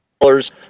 dollars